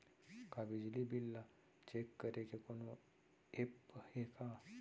का बिजली बिल ल चेक करे के कोनो ऐप्प हे का?